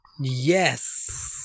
yes